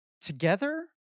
Together